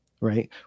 right